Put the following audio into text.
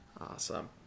awesome